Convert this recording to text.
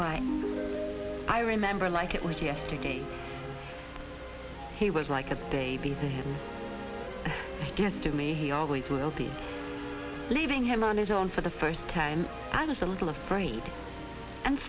why i remember like it was yesterday he was like a baby he gets to me he always will be leaving him on his own for the first time i was a little afraid and